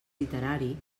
literari